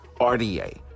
RDA